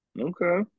Okay